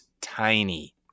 tiny